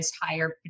higher